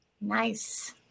nice